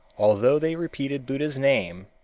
although they repeated buddha's name,